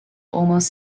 almost